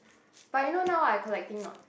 but you know now what I collecting not